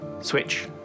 switch